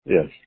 Yes